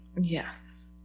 Yes